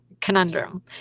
conundrum